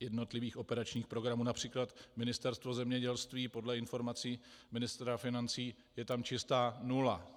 jednotlivých operačních programů, např. Ministerstvo zemědělství podle informací ministra financí je tam čistá nula.